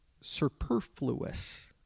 superfluous